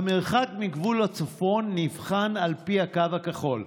המרחק מגבול הצפון נבחן על פי הקו הכחול,